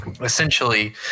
essentially